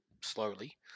slowly